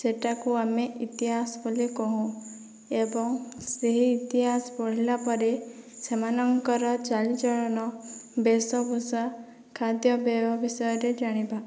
ସେଇଟାକୁ ଆମେ ଇତିହାସ ବୋଲି କହୁଁ ଏବଂ ସେହି ଇତିହାସ ପଢ଼ିଲାପରେ ସେମାନଙ୍କର ଚାଲିଚଳଣ ବେସଭୁଷା ଖାଦ୍ୟପେୟ ବିଷୟରେ ଜାଣିବା